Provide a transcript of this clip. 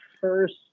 first